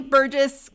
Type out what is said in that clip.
Burgess